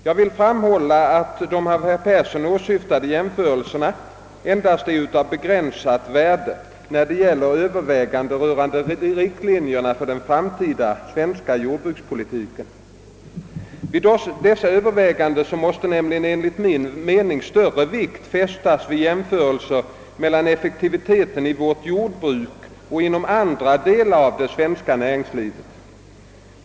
Jag vill framhålla att de av herr Persson åsyftade jämförelserna endast är av begränsat värde när det gäller övervägandena rörande riktlinjerna för den framtida svens ka jordbrukspolitiken. Vid dessa överväganden måste nämligen enligt min mening större vikt fästas vid jämförelser mellan effektiviteten inom vårt jordbruk och inom andra delar av det svenska näringslivet.